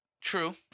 True